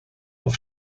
auf